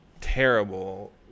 terrible